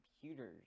computers